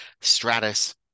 Stratus